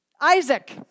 Isaac